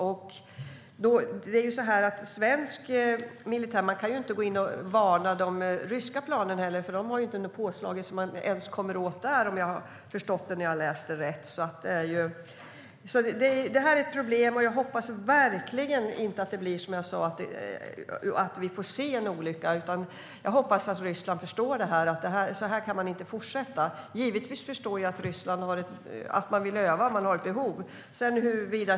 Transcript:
Om jag förstått det jag läst rätt kan man inte varna de ryska planen om de inte har signalsystemet påslaget. Det här är ett problem. Jag hoppas verkligen inte att vi får se en olycka, utan jag hoppas att Ryssland förstår att så här kan man inte fortsätta. Givetvis förstår jag att Ryssland har ett behov av att öva.